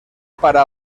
para